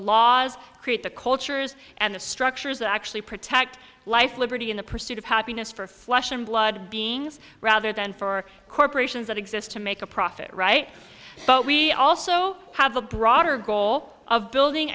laws create the cultures and the structures that actually protect life liberty and the pursuit of happiness for flesh and blood beings rather than for corporations that exist to make a profit right but we also have a broader goal of building